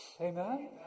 Amen